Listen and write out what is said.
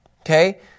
Okay